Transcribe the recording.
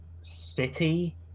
City